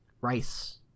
rice